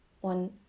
one